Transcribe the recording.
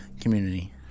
community